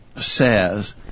says